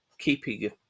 keeping